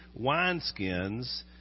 wineskins